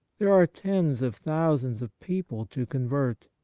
there are tens of thousands of people to convert.